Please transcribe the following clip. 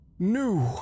New